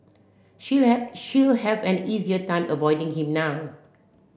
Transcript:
she'll have she'll have an easier time avoiding him now